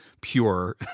pure